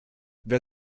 wer